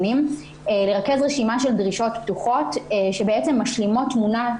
רשימת הדרישות הפתוחות משלימה תמונה,